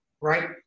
right